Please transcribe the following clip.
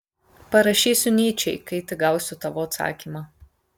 parašysiu nyčei kai tik gausiu tavo atsakymą